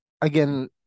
again